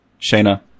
Shayna